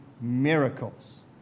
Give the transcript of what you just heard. miracles